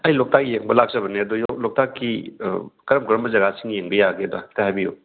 ꯑꯩ ꯂꯣꯛꯇꯥꯛ ꯌꯦꯡꯕ ꯂꯥꯛꯆꯕꯅꯦ ꯑꯗꯣ ꯂꯣꯛꯇꯥꯛꯀꯤ ꯀꯔꯝ ꯀꯔꯝꯕ ꯖꯒꯥꯁꯤꯡ ꯌꯦꯡꯕ ꯌꯥꯒꯦꯗꯣ ꯍꯥꯏꯐꯦꯠꯇ ꯍꯥꯏꯕꯤꯌꯨ